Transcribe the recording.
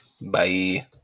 Bye